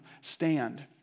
stand